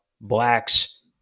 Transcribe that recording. blacks